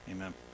Amen